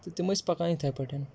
تہٕ تِم ٲسۍ پَکان یِتھَے پٲٹھۍ